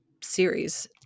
series